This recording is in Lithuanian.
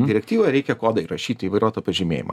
direktyvą reikia kodą įrašyti į vairuotojo pažymėjimą